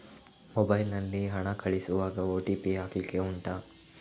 mobile ನಲ್ಲಿ ಹಣ ಕಳಿಸುವಾಗ ಓ.ಟಿ.ಪಿ ಹಾಕ್ಲಿಕ್ಕೆ ಉಂಟಾ